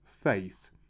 faith